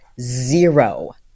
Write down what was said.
zero